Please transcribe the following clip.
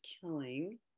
killing